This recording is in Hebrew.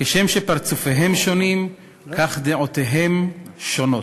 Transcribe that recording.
כשם שפרצופיהם שונים, כך דעותיהם שונות.